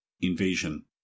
invasion